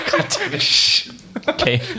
Okay